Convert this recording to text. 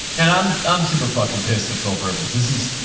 and i'm, i'm super fucking pissed to phillip rivers. this is,